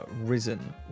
risen